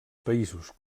països